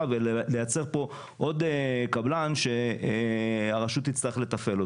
ולייצר פה עוד קבלן שהרשות תצטרך לתפעל אותו.